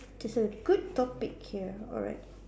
there's a good topic here alright